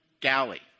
galley